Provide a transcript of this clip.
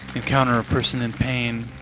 encounter a person in pain,